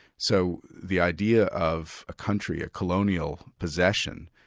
so the idea of a country, a colonial possession,